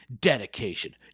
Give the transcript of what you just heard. dedication